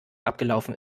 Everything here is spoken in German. abgelaufen